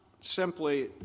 simply